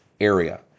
area